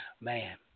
Man